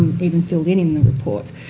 even filled in in the report.